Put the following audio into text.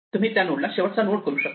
तुम्ही त्या नोडला शेवटचा नोड करू शकतात